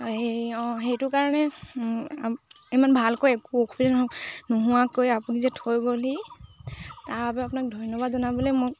হেৰি অঁ সেইটো কাৰণে ইমান ভালকৈ একো অসুবিধা নোহোৱাকৈ আপুনি যে থৈ গ'লহি তাৰ বাবে আপোনাক ধন্যবাদ জনাবলে মোক